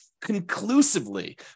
conclusively